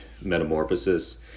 metamorphosis